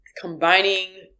combining